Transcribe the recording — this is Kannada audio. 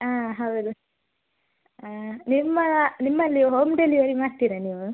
ಹಾಂ ಹೌದು ನಿಮ್ಮ ನಿಮ್ಮಲ್ಲಿ ಹೋಮ್ ಡೆಲಿವರಿ ಮಾಡ್ತೀರಾ ನೀವು